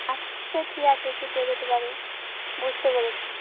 আচ্ছা ঠিক আছে একটু দেরি হতে পারে বুঝতে পেরেছি